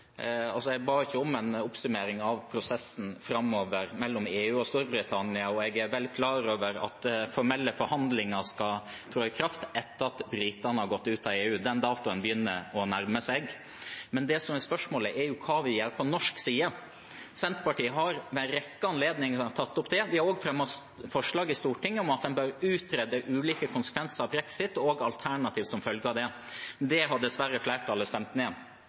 Jeg ba ikke om en oppsummering av prosessen framover mellom EU og Storbritannia. Jeg er også vel klar over at formelle forhandlinger skal tre i kraft etter at britene har gått ut av EU. Den datoen begynner å nærme seg. Det som er spørsmålet, er hva vi gjør fra norsk side. Senterpartiet har ved en rekke anledninger tatt opp dette. Vi har også fremmet forslag i Stortinget om at en bør utrede ulike konsekvenser av brexit og alternativ som følge av det. Det har dessverre flertallet stemt ned.